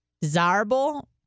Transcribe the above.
desirable